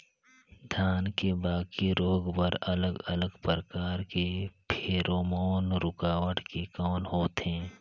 धान के बाकी रोग बर अलग अलग प्रकार के फेरोमोन रूकावट के कौन होथे?